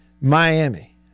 Miami